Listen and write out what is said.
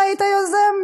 אם היית יוזם,